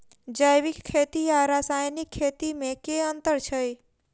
जैविक खेती आ रासायनिक खेती मे केँ अंतर छै?